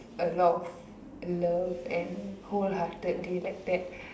a lot of love and wholeheartedly like that